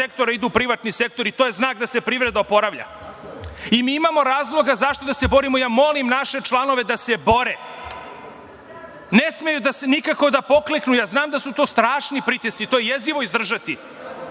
sektora, idu u privatni sektor, i to je znak da se privreda oporavlja. Mi imao razloga za šta da se borimo. Ja molim naše članove da se bore. Ne smeju nikako da pokleknu. Ja znam da su to strašni pritisci, to je jezivo izdržati,